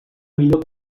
millor